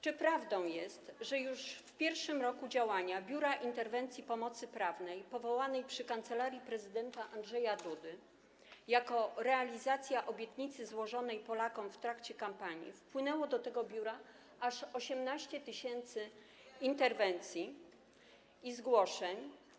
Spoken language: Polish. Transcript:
Czy prawdą jest, że już w pierwszym roku działania Biura Interwencyjnej Pomocy Prawnej powołanego przy kancelarii prezydenta Andrzeja Dudy jako realizacja obietnicy złożonej Polakom w trakcie kampanii wpłynęło do niego aż 18 tys. interwencji, zgłoszeń?